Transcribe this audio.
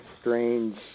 strange